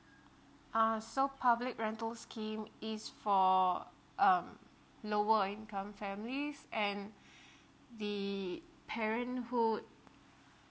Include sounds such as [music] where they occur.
ah so public rental scheme is for um lower income families and [breath] the parenthood